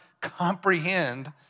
comprehend